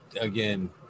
again